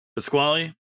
Pasquale